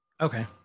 Okay